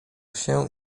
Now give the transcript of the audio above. się